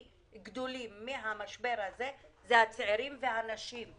גדולים מן המשבר הזה הם הצעירים והנשים,